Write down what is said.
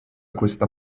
questa